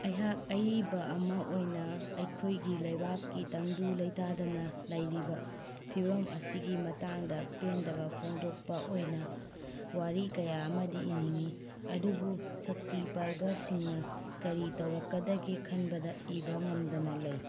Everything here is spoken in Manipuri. ꯑꯩꯍꯥꯛ ꯑꯏꯕ ꯑꯃ ꯑꯣꯏꯅ ꯑꯩꯈꯣꯏꯒꯤ ꯂꯩꯕꯥꯛꯀꯤ ꯇꯪꯗꯨ ꯂꯩꯇꯥꯗꯅ ꯂꯩꯔꯤꯕ ꯐꯤꯕꯝ ꯑꯁꯤꯒꯤ ꯃꯇꯥꯡꯗ ꯄꯦꯟꯗꯕ ꯐꯣꯡꯗꯣꯛꯄ ꯑꯣꯏꯅ ꯋꯥꯔꯤ ꯀꯌꯥ ꯑꯃꯗꯤ ꯏꯅꯤꯡꯏ ꯑꯗꯨꯕꯨ ꯁꯛꯇꯤ ꯄꯥꯏꯕꯁꯤꯡꯅ ꯀꯔꯤ ꯇꯧꯔꯛꯀꯗꯒꯦ ꯈꯟꯕꯗ ꯏꯕ ꯉꯝꯗꯅ ꯂꯩ